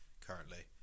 currently